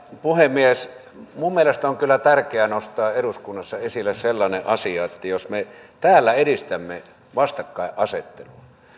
puhemies minun mielestäni on kyllä tärkeää nostaa eduskunnassa esille sellainen asia että jos me täällä edistämme vastakkainasettelua